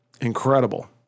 Incredible